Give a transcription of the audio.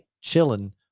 chilling